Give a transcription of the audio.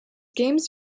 games